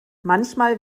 manchmal